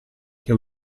che